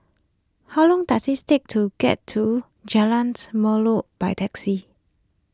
how long does it take to get to Jalan Melor by taxi